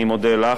אני מודה לך.